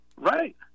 Right